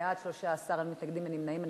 בעד, 13, אין מתנגדים ואין נמנעים.